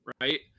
right